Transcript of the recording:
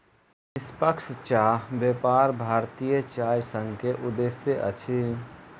निष्पक्ष चाह व्यापार भारतीय चाय संघ के उद्देश्य अछि